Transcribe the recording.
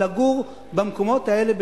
לגור במקומות האלה,